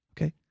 Okay